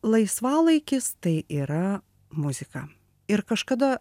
laisvalaikis tai yra muzika ir kažkada